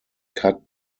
cut